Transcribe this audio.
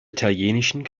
italienischen